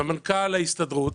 סמנכ"ל ההסתדרות